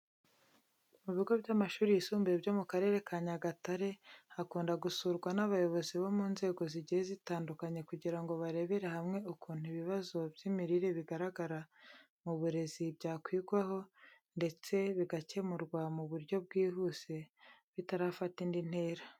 Mu bigo by'amashuri yisumbuye byo mu Karere ka Nyagatare hakunda gusurwa n'abayobozi bo mu nzego zigiye zitandukanye kugira ngo barebere hamwe ukuntu ibibazo by'imirire bigaragara mu burezi byakwigwaho ndetse bigakemurwa mu buryo bwihuse bitarafata indi ntera.